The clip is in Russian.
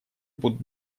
будут